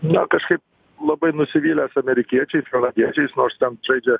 na kažkaip labai nusivylęs amerikiečiais kanadiečiais nors ten žaidžia